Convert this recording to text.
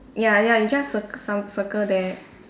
ya ya you just circ~ circ~ circle there